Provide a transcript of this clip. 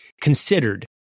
considered